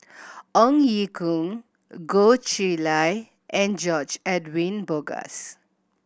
Ong Ye Kung Goh Chiew Lye and George Edwin Bogaars